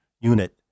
unit